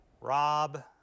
Rob